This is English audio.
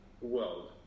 world